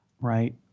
right